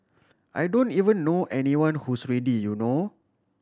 I don't even know anyone who's ready you know